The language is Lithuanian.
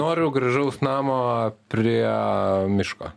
noriu gražaus namo prie miško